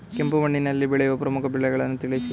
ಕೆಂಪು ಮಣ್ಣಿನಲ್ಲಿ ಬೆಳೆಯುವ ಪ್ರಮುಖ ಬೆಳೆಗಳನ್ನು ತಿಳಿಸಿ?